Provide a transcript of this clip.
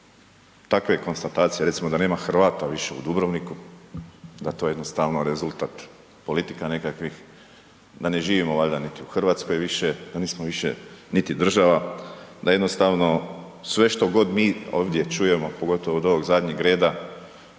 takve konstatacije recimo da nema Hrvata više u Dubrovniku, da je to jednostavno rezultat politika nekakvih, da ne živimo valjda niti u Hrvatskoj više, da nismo više niti država, da jednostavno sve što god mi ovdje čujemo, pogotovo od ovog zadnjeg reda